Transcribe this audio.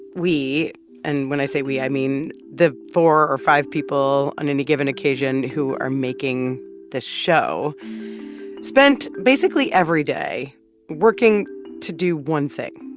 we and when i say we, i mean the four or five people on any given occasion who are making this show spent basically every day working to do one thing.